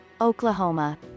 Oklahoma